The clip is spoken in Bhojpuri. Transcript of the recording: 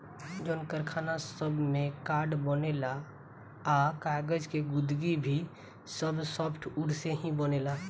जवन कारखाना सब में कार्ड बनेला आ कागज़ के गुदगी भी सब सॉफ्टवुड से ही बनेला